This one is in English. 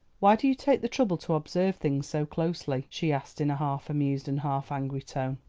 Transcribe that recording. why do you take the trouble to observe things so closely? she asked in a half amused and half angry tone.